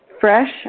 fresh